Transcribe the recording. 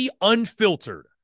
Unfiltered